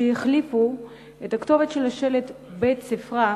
שהחליפו את הכתובת של שלט בית-ספרם,